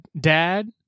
Dad